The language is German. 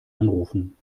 anrufen